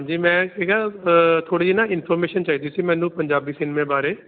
ਜੀ ਮੈਂ ਥੋੜੀ ਨਾ ਇਨਫੋਰਮੇਸ਼ਨ ਚਾਹੀਦੀ ਸੀ ਮੈਨੂੰ ਪੰਜਾਬੀ ਸਿਨਮੇ ਬਾਰੇ ਹਾਂਜੀ